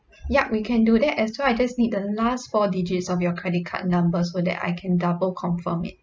yup we can do that as well I just need the last four digits of your credit card number so that I can double confirm it